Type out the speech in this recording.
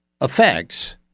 effects